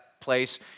place